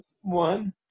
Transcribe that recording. one